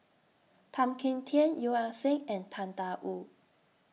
Tan Kim Tian Yeo Ah Seng and Tang DA Wu